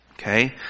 Okay